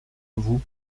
vous